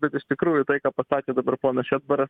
bet iš tikrųjų tai ką pasakė dabar ponas šedbaras